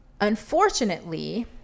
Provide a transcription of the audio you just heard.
Unfortunately